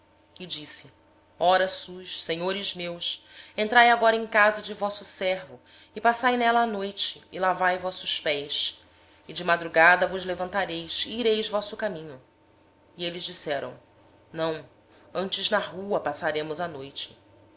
e disse eis agora meus senhores entrai peço vos em casa de vosso servo e passai nela a noite e lavai os pés de madrugada vos levantareis e ireis vosso caminho responderam eles não antes na praça passaremos a noite